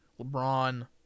LeBron